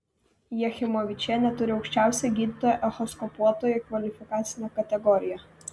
jachimovičienė turi aukščiausią gydytojo echoskopuotojo kvalifikacinę kategoriją